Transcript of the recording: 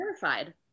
terrified